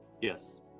Yes